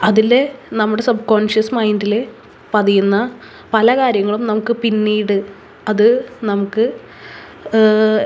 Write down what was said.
അതിൽ നമ്മുടെ subconscious മൈൻഡിൽ പതിയുന്ന പല കാര്യങ്ങളും നമുക്ക് പിന്നീട് അത് നമുക്ക്